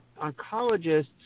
oncologists